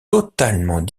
totalement